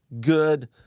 good